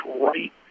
right